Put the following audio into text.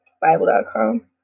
bible.com